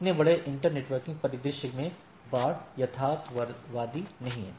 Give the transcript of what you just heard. इतने बड़े internetworking परिदृश्य में बाढ़ यथार्थवादी नहीं है